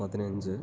പതിനഞ്ച്